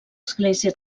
església